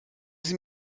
sie